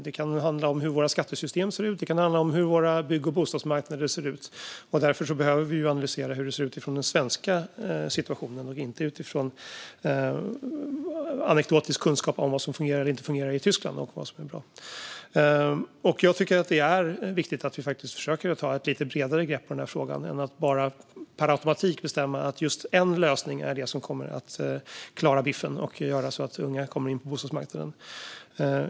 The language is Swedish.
Det kan handla om hur våra skattesystem ser ut, och det kan handla om hur våra bygg och bostadsmarknader ser ut. Därför behöver vi analysera hur det ser ut utifrån den svenska situationen och inte utifrån anekdotisk kunskap om vad som fungerar eller inte fungerar i Tyskland och vad som är bra där. Jag tycker att det är viktigt att vi försöker ta ett lite bredare grepp på den här frågan och inte bara per automatik bestämmer att just en lösning kommer att klara biffen och gör så att unga kommer in på bostadsmarknaden.